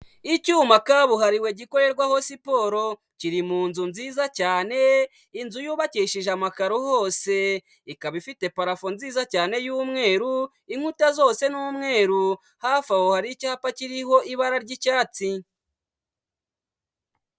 Icyuma kabuhariwe gikorerwaho siporo, kiri mu nzu nziza cyane, inzu yubakishije amakaro hose, ikaba ifite parafo nziza cyane y'umweru, inkuta zose ni umweru, hafi aho hari icyapa kiriho ibara ry'icyatsi.